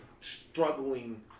struggling